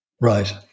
Right